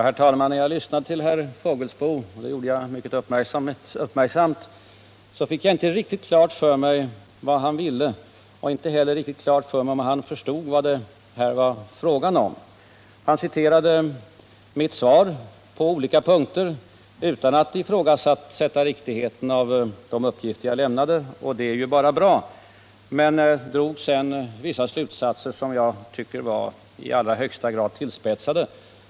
Herr talman! Fastän jag lyssnade mycket uppmärksamt till herr Fågelsbo fick jag inte riktigt klart för mig vad han ville och inte heller om han förstod vad det här är fråga om. Han återgav mitt svar på olika punkter utan att ifrågasätta riktigheten av de uppgifter jag lämnade. Och det är bara bra. Men han drog sedan vissa slutsatser som jag tycker var i allra högsta grad tillspetsade.